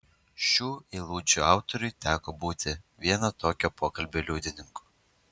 šių eilučių autoriui teko būti vieno tokio pokalbio liudininku